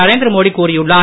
நரேந்திர மோடி கூறியுள்ளார்